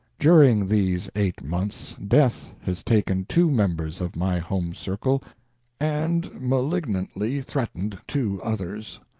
during these eight months death has taken two members of my home circle and malignantly threatened two others.